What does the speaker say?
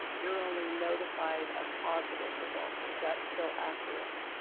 you're only notified of positive results. is that still accurate?